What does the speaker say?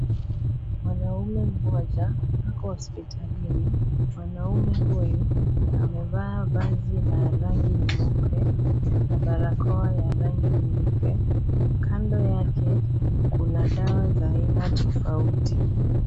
Mwanaume mmoja ako hospitalini, mwanaume huyu, amevaa vazi la rangi nyeupe, na barakoa ya rangi nyeupe, kando yake, kuna dawa za aina tofauti.